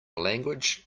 language